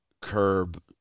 Curb